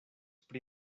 pri